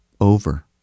Over